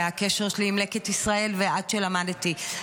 והקשר שלי עם לקט ישראל ועד שלמדתי.